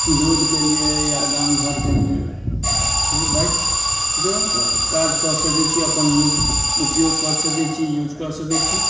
रोडके लिये या गाम घरके लिये छै बाइक जो काज कऽ सकय छी अपन यु उपयोग कऽ सकय छी यूज कऽ सकय छी